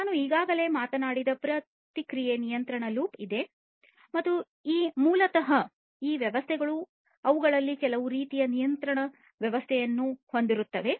ನಾನು ಈಗಾಗಲೇ ಮಾತನಾಡಿದ ಪ್ರತಿಕ್ರಿಯೆ ನಿಯಂತ್ರಣ ಲೂಪ್ ಇದೆ ಮತ್ತು ಈ ಮೂಲತಃ ಈ ವ್ಯವಸ್ಥೆಗಳು ಅವುಗಳಲ್ಲಿ ಕೆಲವು ರೀತಿಯ ನಿಯಂತ್ರಣ ವ್ಯವಸ್ಥೆಯನ್ನು ಹೊಂದಿರುತ್ತವೆ